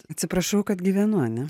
atsiprašau kad gyvenu ane